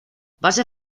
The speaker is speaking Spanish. base